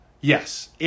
Yes